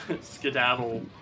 skedaddle